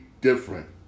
different